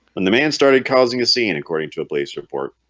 and the man started causing a scene according to a police report